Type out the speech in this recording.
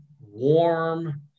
warm